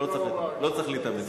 לא צריך להתאמץ.